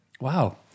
Wow